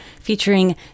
featuring